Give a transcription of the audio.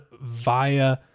via